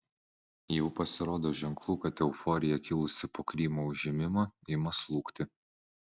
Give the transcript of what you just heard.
jau pasirodo ženklų kad euforija kilusi po krymo užėmimo ima slūgti